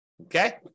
okay